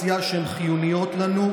שבוע אחד ניהלתם את המדינה,